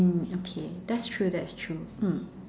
mm okay that's true that's true mm